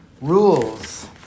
rules